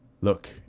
look